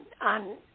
on